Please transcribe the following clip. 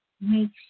makes